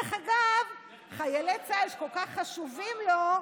שדרך אגב, חיילי צה"ל שכל כך חשובים לו,